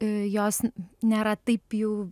jos nėra taip jau